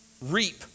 reap